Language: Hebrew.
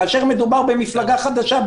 כאשר מדובר במפלגה חדשה,